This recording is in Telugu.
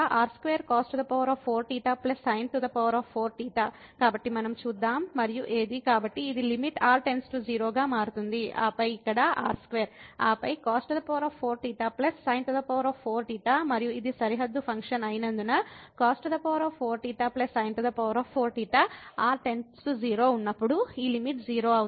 కాబట్టి మనం దీనిని చూద్దాం మరియు ఇది లిమిట్ r → 0 గా మారుతుంది ఆపై ఇక్కడ r2 ఆపై cos4θ sin4θ మరియు ఇది దాని సరిహద్దు ఫంక్షన్ అయినందున cos4θ sin4θ r → 0 ఉన్నప్పుడు ఈ లిమిట్ 0 అవుతుంది